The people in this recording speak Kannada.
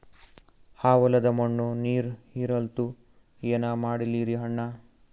ಆ ಹೊಲದ ಮಣ್ಣ ನೀರ್ ಹೀರಲ್ತು, ಏನ ಮಾಡಲಿರಿ ಅಣ್ಣಾ?